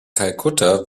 kalkutta